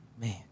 Man